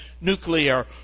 nuclear